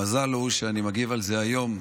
המזל הוא שאני מגיב על זה היום,